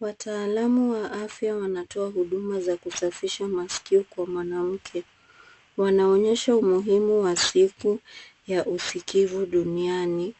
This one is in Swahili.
Wataalamu wa afya wanatoa huduma za kusafisha masikio kwa mwanamke. Wanaonyesha umuhimu wa siku ya usikivu duniani.